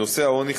נושא העוני,